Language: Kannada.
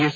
ಎಸ್